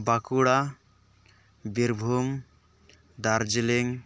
Bankura Birbhum Darjeeling